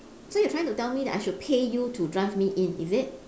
so you are trying to tell me that I should pay you to drive me in is it